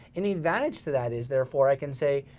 and the advantage to that is, therefore i can say,